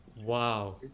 Wow